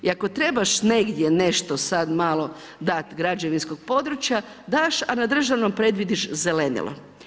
I ako trebaš negdje nešto sad malo dati građevinskog područja daš, a na državnom predvidiš zelenilo.